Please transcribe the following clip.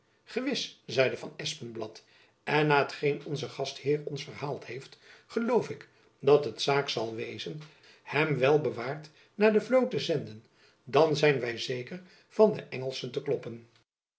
gewis zeide van espenblad en na hetgeen onze gastheer ons verhaald heeft geloof ik dat het zaak zal wezen hem wel bewaard naar de vloot te zenden dan zijn wy zeker van de engelschen te kloppen